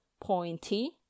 pointy